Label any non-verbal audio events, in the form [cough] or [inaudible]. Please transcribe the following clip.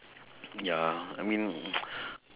ya I mean [noise]